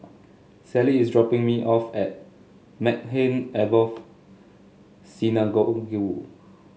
Sally is dropping me off at Maghain Aboth Synagogue